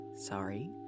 Sorry